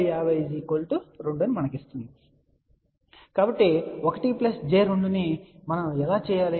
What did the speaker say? కాబట్టి 1 j 2 మనం ఎలా చేయాలి